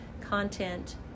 content